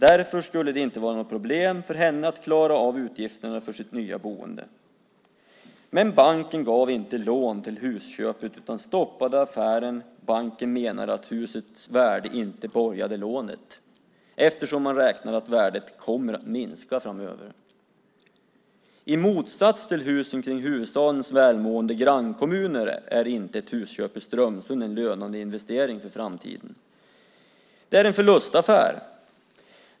Därför skulle det inte vara något problem för henne att klara av utgifterna för sitt nya boende. Men banken gav inte lån till husköpet utan stoppade affären. Banken menade att husets värde inte borgade lånet eftersom man räknade med att värdet kommer att minska framöver. I motsats till husen i huvudstadens välmående grannkommuner är inte ett husköp i Strömsund en lönande investering för framtiden. Det är en förlustaffär.